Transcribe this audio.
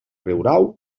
riurau